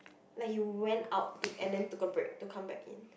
like he went out to and then took a break to come back in